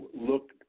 look